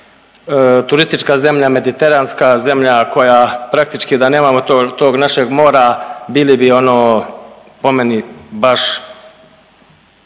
turistička zemlja, mediteranska zemlja koja praktički da nemamo tog, tog našeg mora bili bi ono po meni baš